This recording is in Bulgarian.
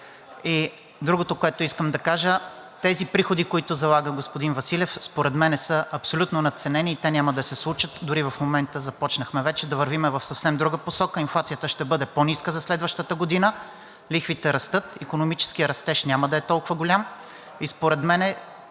Другото, което искам да кажа, тези приходи, които залага господин Василев, според мен са абсолютно надценени и те няма да се случат. Дори в момента започнахме вече да вървим в съвсем друга посока. Инфлацията ще бъде по-ниска за следващата година. Лихвите растат. Икономическият растеж няма да е толкова голям. Според мен